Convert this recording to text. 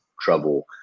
trouble